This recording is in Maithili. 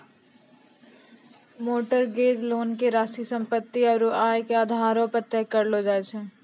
मोर्टगेज लोन के राशि सम्पत्ति आरू आय के आधारो पे तय करलो जाय छै